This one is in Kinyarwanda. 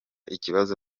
ikibazo